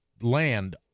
land